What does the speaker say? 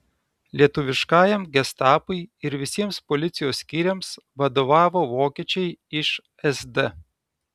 lietuviškajam gestapui ir visiems policijos skyriams vadovavo vokiečiai iš sd